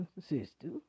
sister